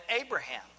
Abraham